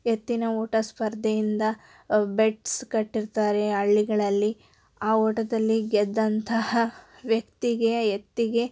ಎತ್ತಿನ ಓಟ ಸ್ಪರ್ಧೆಯಿಂದ ಬೆಟ್ಸ್ ಕಟ್ಟಿರ್ತಾರೆ ಹಳ್ಳಿಗಳಲ್ಲಿ ಆ ಓಟದಲ್ಲಿ ಗೆದ್ದಂತಹ ವ್ಯಕ್ತಿಗೆ ಎತ್ತಿಗೆ